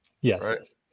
yes